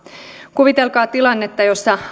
kuvitelkaa tilannetta jossa